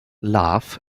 laugh